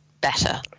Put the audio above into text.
better